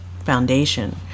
Foundation